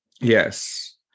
Yes